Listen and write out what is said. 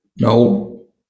No